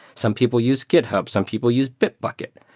some people use github. some people use bitbucket.